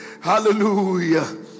hallelujah